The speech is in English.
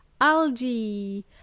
algae